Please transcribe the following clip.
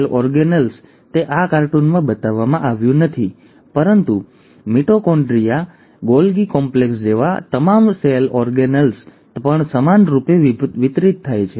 cell organelles તે આ કાર્ટૂનમાં બતાવવામાં આવ્યું નથી પરંતુ મિટોકોન્ડ્રિયા ગોલગી કોમ્પ્લેક્સ જેવા તમામ સેલ ઓર્ગેનેલ્સ પણ સમાનરૂપે વિતરિત થાય છે